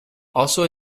also